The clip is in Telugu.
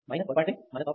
5 mA P 0